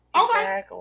okay